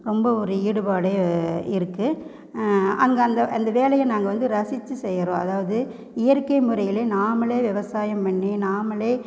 ரொம்ப ஒரு ஈடுபாடு இருக்கு அங்கே அந்த அந்த வேலையை நாங்கள் வந்து ரசிச்சு செய்யறோம் அதாவது இயற்கை முறையில நாம்மளே விவசாயம் பண்ணி நாம்மளே